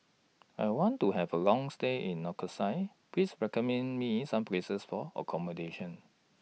I want to Have A Long stay in Nicosia Please recommend Me Some Places For accommodation